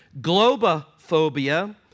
Globophobia